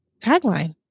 tagline